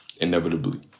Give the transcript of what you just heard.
inevitably